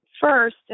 First